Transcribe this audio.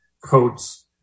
coats